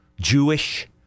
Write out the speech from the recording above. Jewish